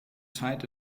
zeit